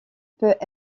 peut